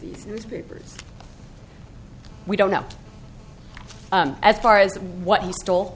these newspapers we don't know as far as what he stole